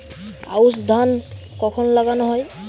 আউশ ধান কখন লাগানো হয়?